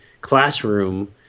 classroom